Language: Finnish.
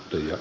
kyllä